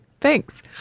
thanks